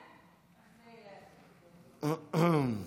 עאידה, בבקשה.